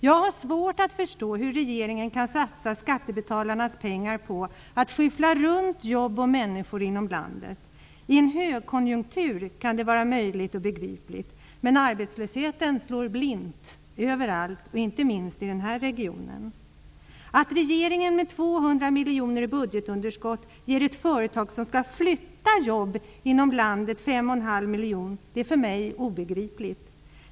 Jag har svårt att förstå hur regeringen kan satsa skattebetalarnas pengar på att skyffla runt jobb och människor inom landet. I en högkonjunktur kan det vara möjligt och begripligt. Men arbetslösheten slår blint överallt, inte minst i denna region. Att regeringen med 200 miljarder i budgetunderskott ger ett företag som skall flytta jobb inom landet 5,5 miljoner är för mig obegripligt.